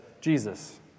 Jesus